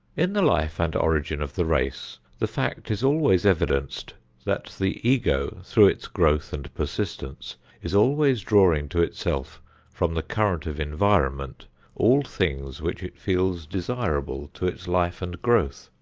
in the life and origin of the race, the fact is always evidenced that the ego through its growth and persistence is always drawing to itself from the current of environment all things which it feels desirable to its life and growth.